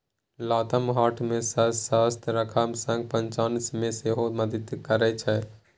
लताम हार्ट केँ स्वस्थ रखबाक संग पाचन मे सेहो मदति करय छै